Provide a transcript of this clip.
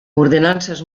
ordenances